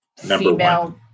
female